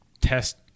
test